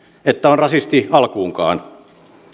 että on rasisti alkuunkaan